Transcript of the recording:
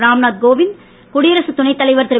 ராம்நாத் கோவிந்த் குடியரசுத் துணைத் தலைவர் திரு